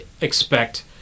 expect